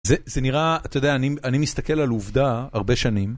זה נראה, אתה יודע, אני מסתכל על עובדה הרבה שנים,